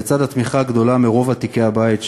לצד התמיכה הגדולה מרוב ותיקי הבית,